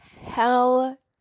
hell